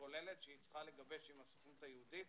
כוללת שהיא צריכה לגבש עם הסוכנות היהודית.